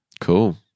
Cool